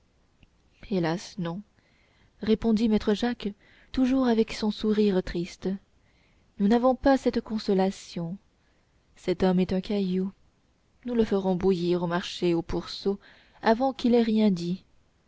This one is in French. hélas non répondit maître jacques toujours avec son sourire triste nous n'avons pas cette consolation cet homme est un caillou nous le ferons bouillir au marché aux pourceaux avant qu'il ait rien dit